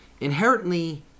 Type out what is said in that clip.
inherently